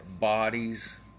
Bodies